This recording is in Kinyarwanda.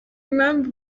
impamvu